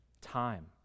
time